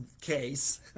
case